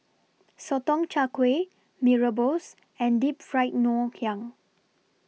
Sotong Char Kway Mee Rebus and Deep Fried Ngoh Hiang